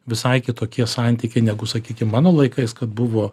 visai kitokie santykiai negu sakykim mano laikais kad buvo